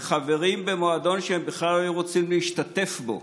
לחברים במועדון שהם בכלל לא היו רוצים להשתתף בו,